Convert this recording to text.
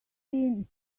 seen